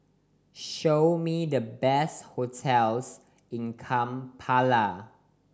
show me the best hotels in Kampala